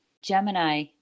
Gemini